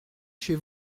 chez